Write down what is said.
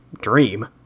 Dream